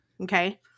Okay